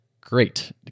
great